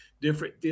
different